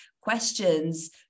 questions